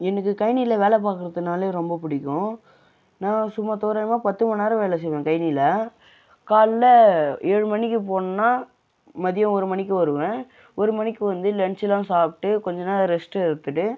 எனக்கு கயனில வேளை பார்க்குறதுனா ரொம்ப பிடிக்கிம் ந சும்மா தோராயமாக பத்து மணி நேரம் வேளை செய்வேன் கயனில காலையில ஏழுமணிக்கு போனனா மதியம் ஒரு மணிக்கு வருவேன் ஒரு மணிக்கு வந்து லஞ்சிலாம் சாப்பிட்டு கொஞ்ச நேரம் ரெஸ்ட்டு எடுத்துவிட்டு